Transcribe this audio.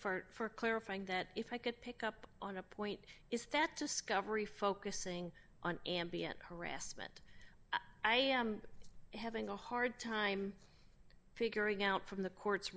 you for clarifying that if i could pick up on a point is that discovery focusing on ambient harassment i am having a hard time figuring out from the court